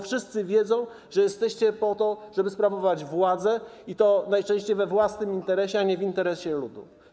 Wszyscy wiedzą, że jesteście po to, żeby sprawować władzę i to najczęściej we własnym interesie, a nie w interesie ludu.